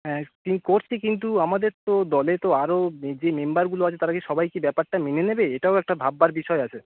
হ্যাঁ স্কি করছি কিন্তু আমাদের তো দলে তো আরো যে মেম্বারগুলো আছে তারা কি সবাই কি ব্যাপারটা মেনে নেবে এটাও একটা ভাববার বিষয় আছে